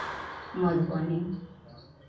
Madhubani